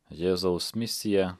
jėzaus misija